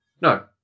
No